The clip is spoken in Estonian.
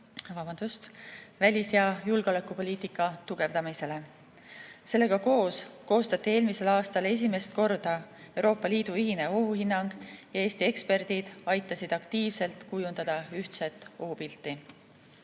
Vabandust! ... tugevdamisele. Sellega koos koostati eelmisel aastal esimest korda Euroopa Liidu ühine ohuhinnang ja Eesti eksperdid aitasid aktiivselt kujundada ühtset ohupilti. Eesti